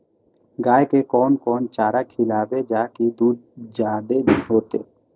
गाय के कोन कोन चारा खिलाबे जा की दूध जादे होते?